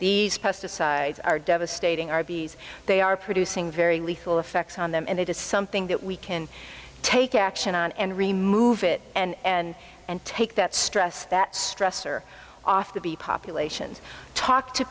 these pesticides are devastating r b s they are producing very lethal effects on them and they did something that we can take action on and remove it and and take that stress that stressor off to be populations talk to